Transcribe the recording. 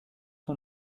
son